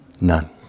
None